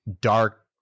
Dark